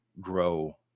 grow